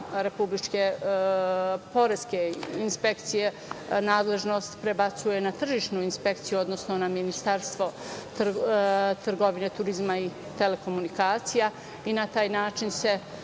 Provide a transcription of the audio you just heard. Republičke poreske inspekcije nadležnost prebacuje na tržišnu inspekciju, odnosno na Ministarstvo trgovine, turizma i telekomunikacija i na taj način se